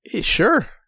Sure